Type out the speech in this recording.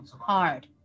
hard